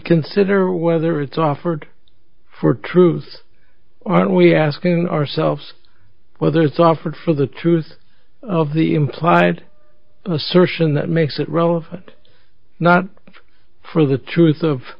consider whether it's offered for truth are we asking ourselves whether it's offered for the truth of the implied assertion that makes it relevant not for the truth of